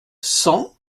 cent